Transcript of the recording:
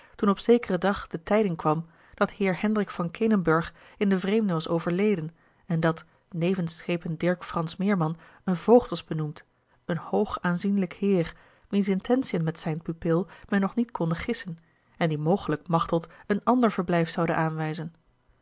toen op zekeren dag de tijding kwam dat heer hendrik van kenenburg in den vreemde was overleden en dat nevens schepen dirk frans meerman een voogd was benoemd een hoog aanzienlijk heer wiens intentiën met zijne pupil men nog niet konde gissen en die mogelijk machteld een ander verblijf zoude aanwijzen